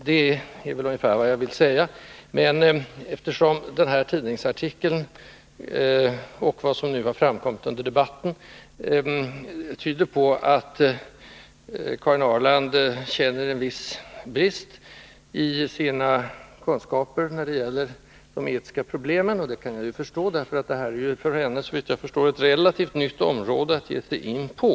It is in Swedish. Den här tidningsartikeln och vad som nu har framkommit under debatten tyder ju på att Karin Ahrland har vissa brister i sina kunskaper när det gäller de etiska problemen. Det kan jag förstå, för det här är uppenbarligen för henne ett relativt nytt område att ge sig in på.